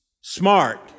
smart